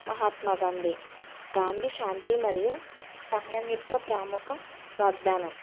మహాత్మా గాంధీ గాంధీ శాంతి మరియు సహనం యొక్క ప్రముఖ వాగ్దానం